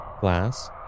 glass